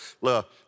Look